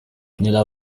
nella